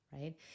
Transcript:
right